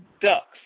ducks